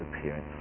appearance